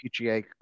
pga